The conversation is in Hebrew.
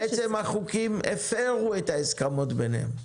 בעצם החוקים הפרו את ההסכמות ביניהם.